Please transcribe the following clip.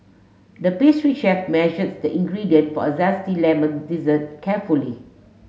the pastry chef measures the ingredient for a zesty lemon dessert carefully